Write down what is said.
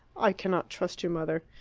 i cannot trust your mother.